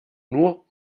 nur